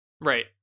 Right